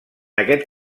aquest